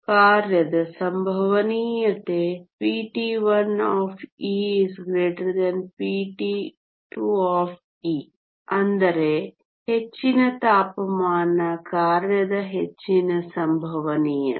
ಕಾರ್ಯದ ಸಂಭವನೀಯತೆ PT1 PT 2 ಅಂದರೆ ಹೆಚ್ಚಿನ ತಾಪಮಾನ ಕಾರ್ಯದ ಹೆಚ್ಚಿನ ಸಂಭವನೀಯತೆ